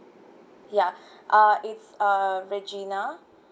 ya uh it's uh regina